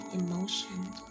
emotions